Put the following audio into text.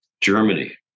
Germany